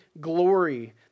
glory